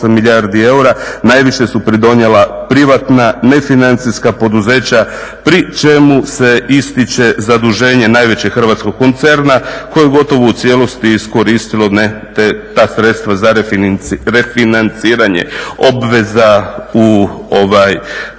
Najviše su pridonijela privatna nefinancijska poduzeća pri čemu se ističe zaduženje najvećeg hrvatskog koncerna koje je gotovo u cijelosti iskoristilo ta sredstva za refinanciranje obveza u travnju.